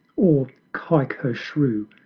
or kaikhosru?